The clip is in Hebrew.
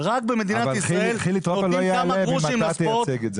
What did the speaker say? רק במדינת ישראל נותנים כמה גרושים לספורט,